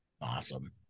Awesome